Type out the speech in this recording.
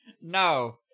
No